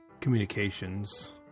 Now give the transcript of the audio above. communications